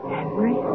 Henry